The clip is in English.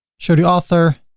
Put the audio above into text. show the author